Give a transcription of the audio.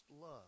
love